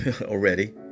already